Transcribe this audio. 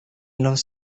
los